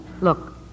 Look